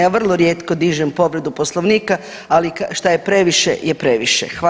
Ja vrlo rijetko dižem povredu Poslovnika, ali šta je previše je previše Hvala.